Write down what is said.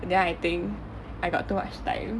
then I think I got too much time